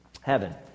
Heaven